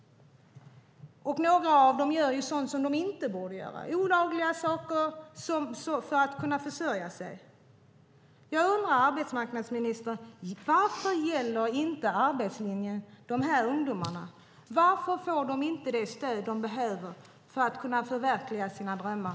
Några av dem gör sådant som de inte borde, olagliga saker, för att försörja sig. Jag vill fråga arbetsmarknadsministern varför arbetslinjen inte gäller de här ungdomarna. Varför får de inte det stöd de behöver för att förverkliga sina drömmar?